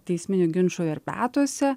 teisminių ginčų verpetuose